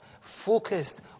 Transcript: focused